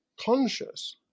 conscious